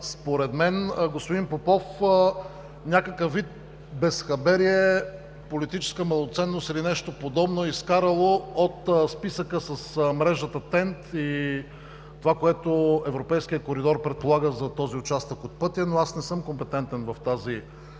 Според мен, господин Попов, някакъв вид безхаберие, политическа малоценност или нещо подобно е изкарало от списъка на мрежата TENT този обект и това, което европейският коридор предполага за този участък от пътя, но аз не съм компетентен в тази сфера.